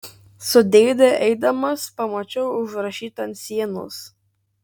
su dėde eidamas pamačiau užrašytą ant sienos